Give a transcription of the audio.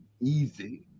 easy